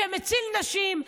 שמציל נשים,